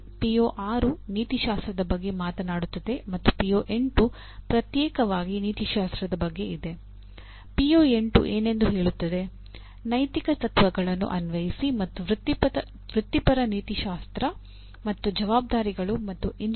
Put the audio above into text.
ಪಿಒ8 ಎಂದರೇನು